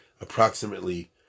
approximately